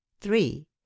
three